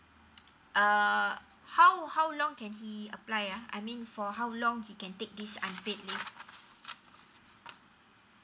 uh how how long can he apply uh I mean for how long he can take this unpaid leave